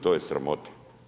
To je sramota.